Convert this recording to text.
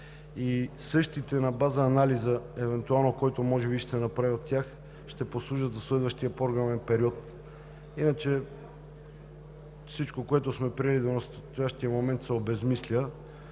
и същите на база анализа, който може би ще се направи от тях, ще послужат за следващия програмен период. Иначе всичко, което сме приели до настоящия момент, се обезсмисля,